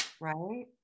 Right